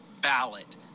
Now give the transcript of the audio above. ballot